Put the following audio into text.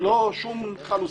ללא שום כחל וסרק.